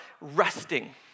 resting